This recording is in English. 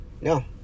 No